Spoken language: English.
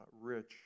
rich